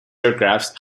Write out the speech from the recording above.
aircraft